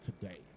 today